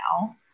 now